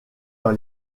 dans